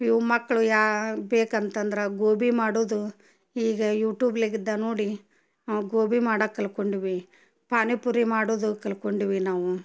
ಇವು ಮಕ್ಕಳು ಯಾ ಬೇಕಂತಂದ್ರೆ ಗೋಬಿ ಮಾಡೋದು ಈಗ ಯೂಟೂಬ್ಲೆಗಿದ್ದ ನೋಡಿ ನಾವು ಗೋಬಿ ಮಾಡಕ್ಕೆ ಕಲ್ತ್ಕೊಂಡ್ವಿ ಪಾನಿಪುರಿ ಮಾಡೋದು ಕಲ್ತ್ಕೊಂಡ್ವಿ ನಾವು